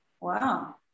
Wow